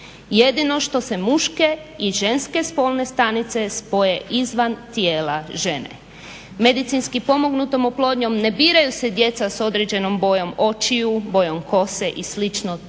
jedino što se muške i ženske spolne stanice spoje izvan tijela žena. Medicinski pomognutom oplodnjom ne biraju se djeca s određenom bojom očiju, bojom kose i